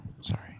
Sorry